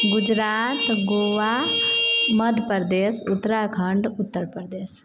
Gujarat Goa Madhya Pradesh Uttarakhand Uttar Pradesh